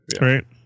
right